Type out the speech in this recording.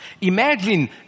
Imagine